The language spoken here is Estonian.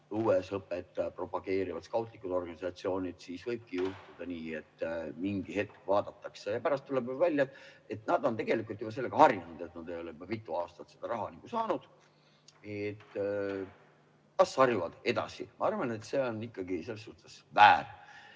õuesõpet propageerivad skautlikud organisatsioonid. Siis võibki juhtuda nii, et mingi hetk vaadatakse ja pärast tuleb välja, et nad on tegelikult ju [olukorraga] harjunud, nad ei ole juba mitu aastat seda raha saanud. Las harjuvad edasi. Arvan, et see on ikkagi väär.